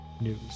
News